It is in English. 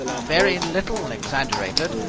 very little exaggerated,